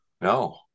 No